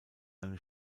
eine